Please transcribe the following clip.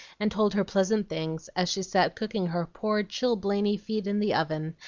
and told her pleasant things as she sat cooking her poor chilblainy feet in the oven,